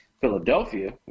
Philadelphia